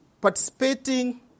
participating